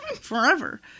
forever